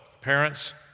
parents